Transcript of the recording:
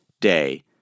day